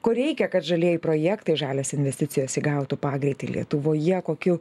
ko reikia kad žalieji projektai žalios investicijos įgautų pagreitį lietuvoje kokių